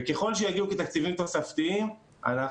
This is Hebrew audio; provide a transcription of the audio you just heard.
וככל שיגיעו כתקציבים תוספתיים אנחנו